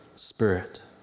spirit